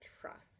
Trust